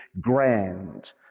grand